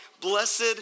blessed